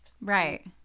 Right